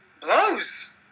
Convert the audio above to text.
blows